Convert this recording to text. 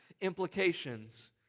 implications